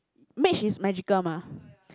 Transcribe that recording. mage is magical mah